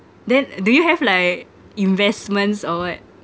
then do you have like investments or what